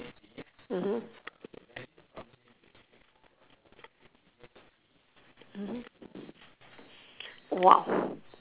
mmhmm mmhmm !wow!